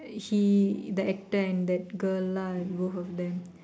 he that actor and that girl lah both of them